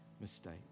mistake